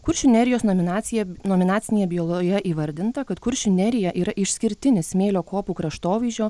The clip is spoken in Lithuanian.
kuršių nerijos nominacija nominacinėje byloje įvardinta kad kuršių nerija yra išskirtinis smėlio kopų kraštovaizdžio